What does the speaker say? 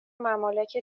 ممالک